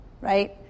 right